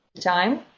time